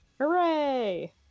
Hooray